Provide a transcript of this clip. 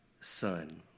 son